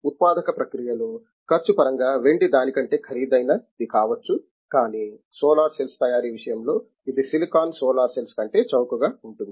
ఉత్పాదక ప్రక్రియలో ఖర్చు పరంగా వెండి దాని కంటే ఖరీదైన ది కావచ్చు కానీ సోలార్ సెల్స్ తయారీ విషయంలో ఇది సిలికాన్ సోలార్ సెల్స్ కంటే చౌకగా ఉంటుంది